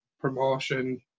promotion